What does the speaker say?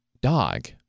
Dog